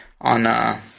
on –